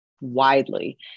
widely